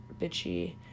bitchy